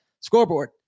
scoreboard